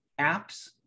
apps